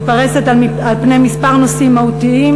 מתפרסת על פני כמה נושאים מהותיים